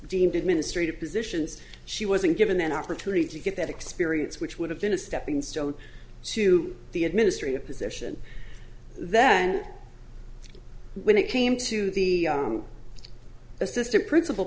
deemed administrative positions she wasn't given an opportunity to get that experience which would have been a stepping stone to the administrative position then when it came to the assistant principal